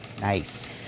Nice